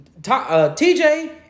TJ